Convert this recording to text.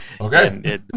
Okay